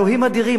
אלוהים אדירים,